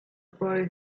boy